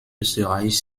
österreich